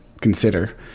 consider